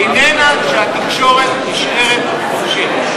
איננה שהתקשורת נשארת חופשית.